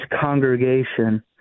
congregation